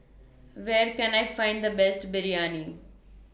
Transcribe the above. Where Can I Find The Best Biryani